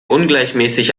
ungleichmäßig